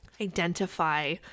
identify